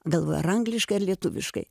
galvoju ar angliškai ar lietuviškai